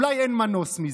אולי אין מנוס מזה,